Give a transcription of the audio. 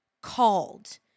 called